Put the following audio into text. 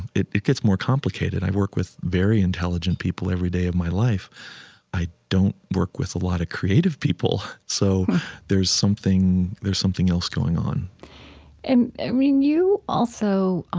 it it gets more complicated. i work with very intelligent people everyday of my life i don't work with a lot of creative people so there's something there's something else going on and i mean, you also ah